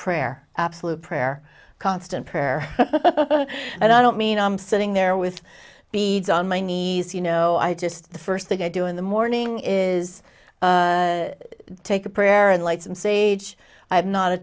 prayer absolute prayer constant prayer and i don't mean i'm sitting there with beads on my knees you know i just the first thing i do in the morning is take a prayer and light some sage i'm not a